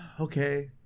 okay